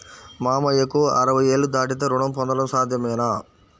మామయ్యకు అరవై ఏళ్లు దాటితే రుణం పొందడం సాధ్యమేనా?